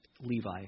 Levi